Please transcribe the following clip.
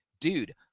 dude